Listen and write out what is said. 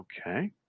Okay